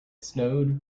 snowed